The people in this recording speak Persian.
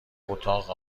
اتاق